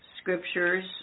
scriptures